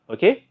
Okay